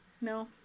No